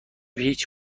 هیچ